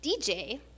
DJ